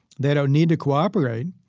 they don't need to cooperate,